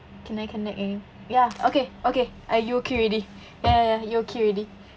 can I connect a~ ya okay okay I you okay already ya ya you okay already